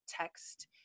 text